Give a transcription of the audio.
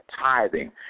tithing